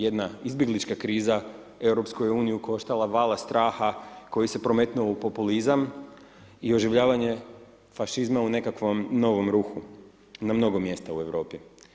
Jedna izbjeglička kriza EU je koštala vala straha koji se prometnuo u populizam i oživljavanje fašizma u nekakvom novom ruhu na mnogo mjesta u Europi.